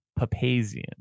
Papazian